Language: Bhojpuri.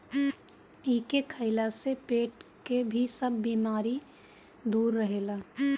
एके खइला से पेट के भी सब बेमारी दूर रहेला